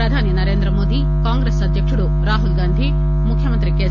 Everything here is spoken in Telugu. ప్రధాని నరేంద్రమోదీ కాంగ్రెస్ అధ్యకుడు రాహుల్గాంధీ ముఖ్యమంత్రి కె